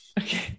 Okay